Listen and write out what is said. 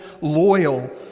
loyal